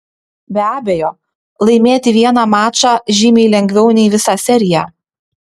be abejo laimėti vieną mačą žymiai lengviau nei visą seriją